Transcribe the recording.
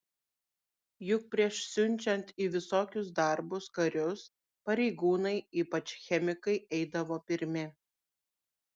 juk prieš siunčiant į visokius darbus karius pareigūnai ypač chemikai eidavo pirmi